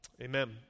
amen